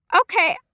Okay